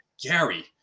Gary